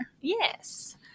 Yes